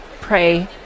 pray